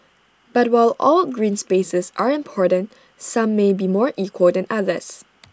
but while all green spaces are important some may be more equal than others